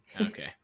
Okay